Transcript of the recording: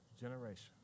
generation